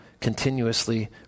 continuously